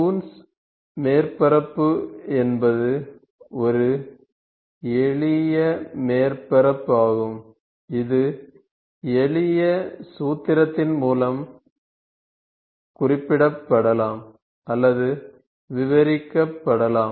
Coons மேற்பரப்பு என்பது ஒரு எளிய மேற்பரப்பாகும் இது எளிய சூத்திரத்தின் மூலம் குறிப்பிடப்படலாம் அல்லது விவரிக்கப்படலாம்